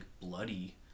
bloody